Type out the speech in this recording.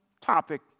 topic